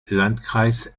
landkreis